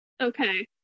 Okay